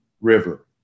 River